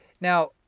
now